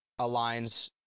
aligns